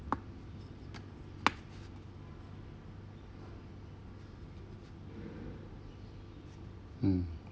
mm